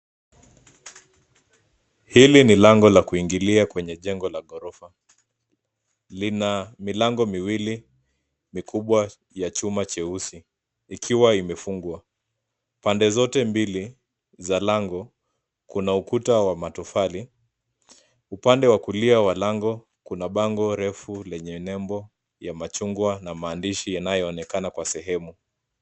Hili ni lango la kingilia kwenye jengo la ghorofa. Lina milango milango miwili mikubwa ya chuma cheusi, ikiwa imefungwa. Pande zote mbili za lango, kuna ukuta wa matofali. Upande wa kulia wa lango kuna bango refu lenye nembo ya machungwa yanayoonekana kwa sehemu.